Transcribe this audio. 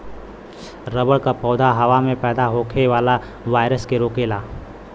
rubber क पौधा हवा में पैदा होखे वाला वायरस के रोकेला